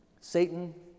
Satan